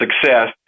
success